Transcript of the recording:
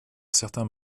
certains